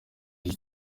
icyi